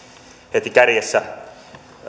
heti kärjessä